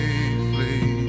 Safely